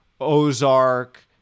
Ozark